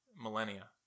millennia